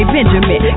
Benjamin